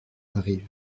arrive